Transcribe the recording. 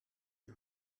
die